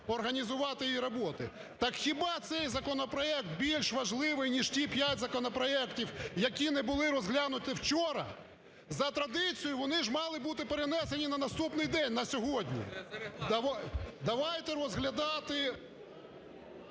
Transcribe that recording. організувати її роботу. Так хіба цей законопроект більш важливий, ніж ті п'ять законопроектів, які не були розглянуті вчора? За традицією вони ж мали бути перенесені на наступний день – на сьогодні. Давайте розглядати...